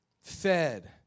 fed